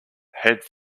head